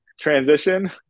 transition